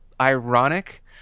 ironic